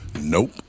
Nope